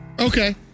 Okay